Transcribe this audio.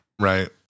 Right